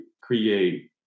create